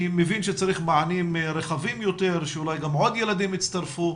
אני מבין שצריך מענים רחבים יותר שאולי גם עוד ילדים יצטרפו,